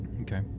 Okay